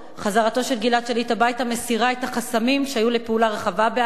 חזרתו של גלעד שליט הביתה מסירה את החסמים שהיו לפעולה רחבה בעזה.